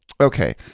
okay